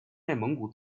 内蒙古